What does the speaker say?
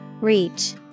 Reach